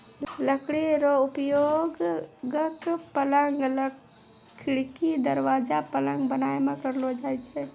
लकड़ी रो उपयोगक, पलंग, खिड़की, दरबाजा, पलंग बनाय मे करलो जाय छै